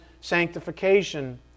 sanctification